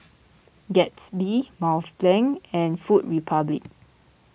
Gatsby Mont Blanc and Food Republic